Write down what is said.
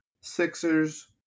Sixers